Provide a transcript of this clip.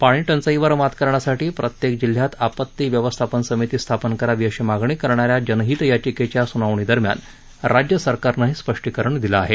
पाणी टंचाईवर मात करण्यासाठी प्रत्येक जिल्ह्यात आपत्ती व्यवस्थापन समिती स्थापन करावी अशी मागणी करणाऱ्या जनहित याचिकेच्या सुनावणीदरम्यान राज्यसरकारनं हे स्पष्टीकरण दिलं आहे